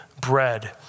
bread